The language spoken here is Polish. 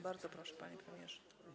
Bardzo proszę, panie premierze.